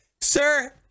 Sir